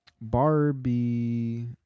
Barbie